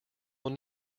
will